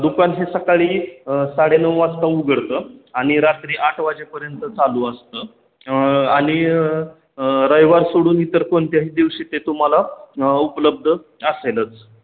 दुकानची सकाळी साडे नऊ वाजता उघडतं आणि रात्री आठ वाजेपर्यंत चालू असतं आणि रविवार सोडून इतर कोणत्याही दिवशी ते तुम्हाला उपलब्ध असेलच